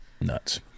Nuts